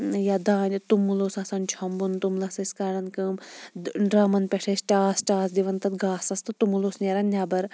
یا دانہِ توٚمُل اوس آسان چھۄمبُن توٚملَس ٲسۍ کَران کٲم ڈرٛمَن پیٹھ ٲسۍ ٹاس ٹاس دِوان تَتھ گاسَس تہٕ توٚمُل اوس نیران نیٚبَر